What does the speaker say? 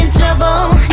devil